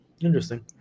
interesting